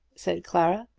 said clara.